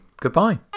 Goodbye